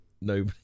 no